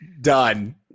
Done